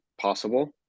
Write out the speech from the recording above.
possible